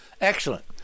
Excellent